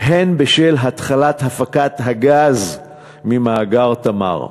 הן בשל התחלת הפקת הגז ממאגר "תמר",